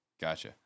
Gotcha